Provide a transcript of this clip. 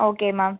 okay ma'am